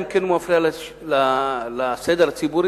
אלא אם כן הוא מפריע לסדר הציבורי,